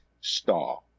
star